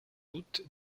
doute